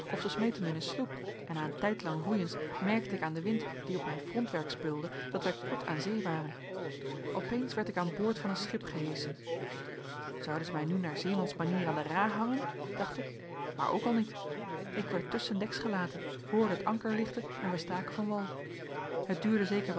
of ze smeten mij in een sloep en na een tijdlang roeiens merkte ik aan den wind die op mijn frontwerk speulde dat wij kort aan zee waren opeens werd ik aan boord van een schip geheeschen zouden zij mij nu naar zeemansmanier aan de ra hangen dacht ik maar ook al niet ik werd tusschendeks gelaten ik hoorde het anker lichten en wij staken van wal het duurde zeker